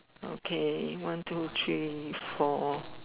okay one two three four